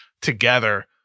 together